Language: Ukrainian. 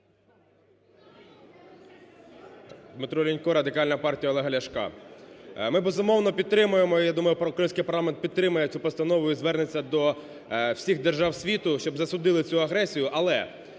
Дмитро Лінько, Радикальна партія Олега Ляшка. Ми, безумовно, підтримуємо, я думаю український парламент підтримує цю постанову і звернеться до всіх держав світу, щоб засудили цю агресію. Але